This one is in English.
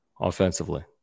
offensively